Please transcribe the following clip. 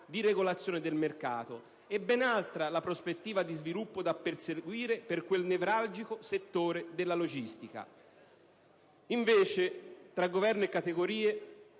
di regolazione del mercato e ben altra la prospettiva di sviluppo da perseguire per quel nevralgico settore della logistica. Invece, tra Governo e categorie,